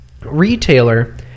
retailer